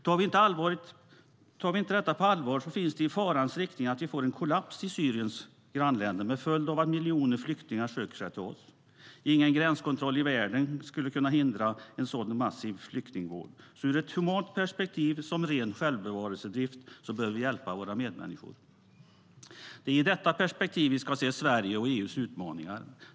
Tar vi inte detta på allvar ligger det i farans riktning att vi får en kollaps i Syriens grannländer med följden att miljoner flyktingar söker sig till oss. Ingen gränskontroll i världen skulle kunna hindra en sådan massiv flyktingvåg. Såväl ur ett humant perspektiv som av ren självbevarelsedrift bör vi hjälpa våra medmänniskor. Det är i detta perspektiv vi ska se Sveriges och EU:s utmaningar.